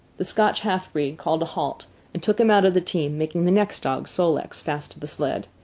the scotch half-breed called a halt and took him out of the team, making the next dog, sol-leks, fast to the sled.